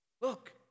look